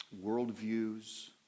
worldviews